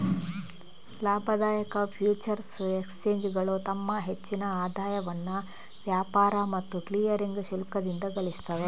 ಲಾಭದಾಯಕ ಫ್ಯೂಚರ್ಸ್ ಎಕ್ಸ್ಚೇಂಜುಗಳು ತಮ್ಮ ಹೆಚ್ಚಿನ ಆದಾಯವನ್ನ ವ್ಯಾಪಾರ ಮತ್ತು ಕ್ಲಿಯರಿಂಗ್ ಶುಲ್ಕದಿಂದ ಗಳಿಸ್ತವೆ